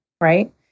right